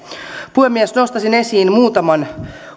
puhemies nostaisin esiin muutaman